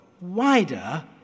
wider